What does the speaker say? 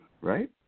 right